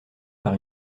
par